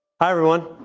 hi, everyone.